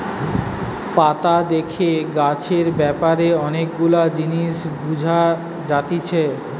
পাতা দেখে গাছের ব্যাপারে অনেক গুলা জিনিস বুঝা যাতিছে